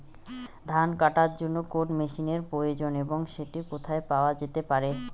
ধান কাটার জন্য কোন মেশিনের প্রয়োজন এবং সেটি কোথায় পাওয়া যেতে পারে?